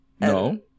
no